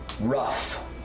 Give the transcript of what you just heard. rough